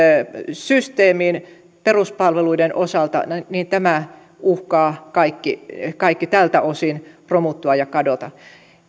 systeemiin peruspalveluiden osalta niin tämä uhkaa kaikki kaikki tältä osin romuttua ja kadota